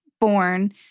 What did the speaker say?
born